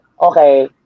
okay